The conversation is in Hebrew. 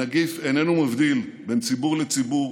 הנגיף איננו מבדיל בין ציבור לציבור,